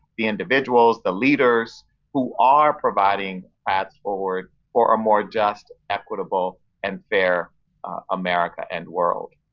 the individuals, the leaders who are providing paths forward for a more just equitable and fair america and world.